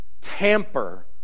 tamper